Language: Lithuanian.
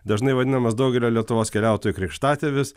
dažnai vadinamas daugelio lietuvos keliautojų krikštatėvis